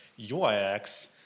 UIX